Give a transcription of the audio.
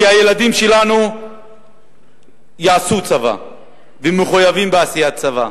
כי הילדים שלנו יעשו צבא ומחויבים בעשיית צבא,